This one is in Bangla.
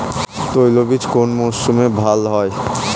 তৈলবীজ কোন মরশুমে ভাল হয়?